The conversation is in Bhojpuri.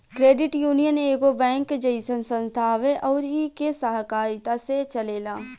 क्रेडिट यूनियन एगो बैंक जइसन संस्था हवे अउर इ के सहकारिता से चलेला